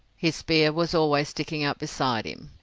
his spear was always sticking up beside him.